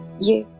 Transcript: you